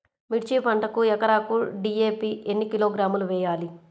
మిర్చి పంటకు ఎకరాకు డీ.ఏ.పీ ఎన్ని కిలోగ్రాములు వేయాలి?